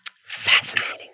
Fascinating